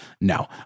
No